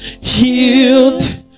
healed